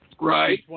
Right